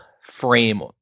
frame